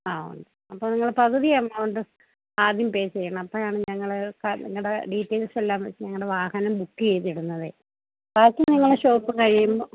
ആ അപ്പോള് നിങ്ങള് പകുതി എമൗണ്ട് ആദ്യം പേ ചെയ്യണം അപ്പോഴാണ് ഞങ്ങള് നിങ്ങളുടെ ഡീറ്റെയിൽസെല്ലാം വച്ച് ഞങ്ങളുടെ വാഹനം ബുക്കെയ്തിടുന്നതേ ബാക്കി നിങ്ങള് ഷോപ്പ് കഴിയുമ്പോള്